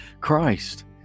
Christ